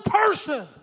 person